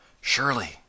Surely